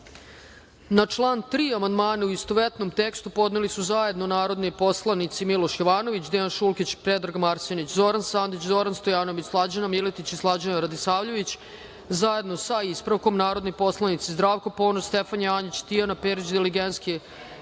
član 3. amandmane, u istovetnom tekstu, podneli su zajedno narodni poslanici Miloš Jovanović, Dejan Šulkić, Predrag Marsenić, Zoran Sandić, Zoran Stojanović, Slađana Miletić i Slađana Radisavljević, zajedno sa ispravkom, narodni poslanici Zdravko Ponoš, Stefan Janjić, Tijana Perić Diligenski,